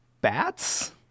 bats